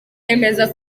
yemeza